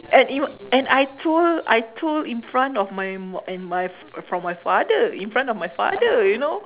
and eve~ and I told I told in front of my mo~ and my from my father in front of my father you know